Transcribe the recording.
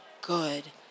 good